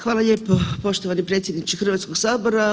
Hvala lijepo poštovani predsjedniče Hrvatskog sabora.